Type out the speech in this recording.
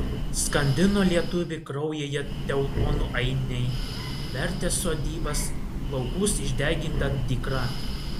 skandino lietuvį kraujyje teutonų ainiai vertė sodybas laukus išdeginta dykra